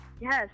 Yes